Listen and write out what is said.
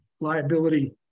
liability